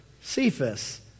Cephas